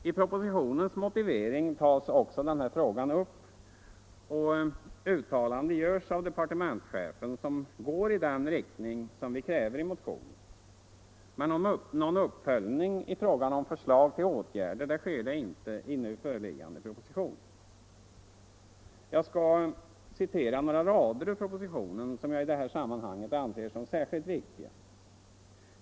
I propositionens motivering tas också denna fråga upp och uttalande görs av departementschefen som går i den riktning vi kräver i motionen, men någon uppföljning i fråga om förslag till åtgärder sker inte i den nu föreliggande propositionen. Jag skall citera några rader ur propositionen som jag i detta samman hang anser som särskilt viktiga.